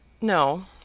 No